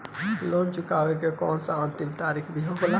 Loan चुकवले के कौनो अंतिम तारीख भी होला का?